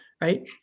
right